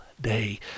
day